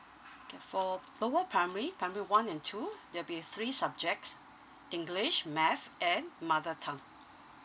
okay for p~ one primary primary one and two there'll be three subjects english math and mother tongue